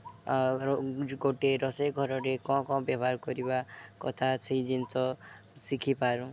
ଆଉ ସେ ଗୋଟେ ରୋଷେଇ ଘରରେ କ'ଣ କ'ଣ ବ୍ୟବହାର କରିବା କଥା ସେଇ ଜିନିଷ ଶିଖିପାରୁ